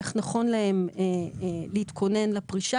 איך נכון להם להתכונן לפרישה.